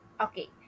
Okay